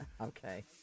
Okay